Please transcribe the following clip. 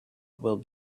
will